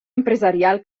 empresarial